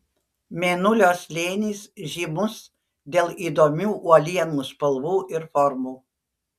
mėnulio slėnis žymus dėl įdomių uolienų spalvų ir formų